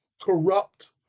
corrupt